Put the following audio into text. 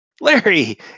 Larry